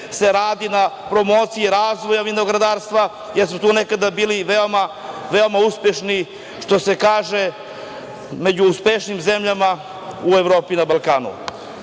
se na promociji razvoja vinogradarstva, jer su tu nekada bili veoma uspešni, među uspešnijim zemljama u Evropi i na Balkanu. Još